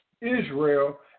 Israel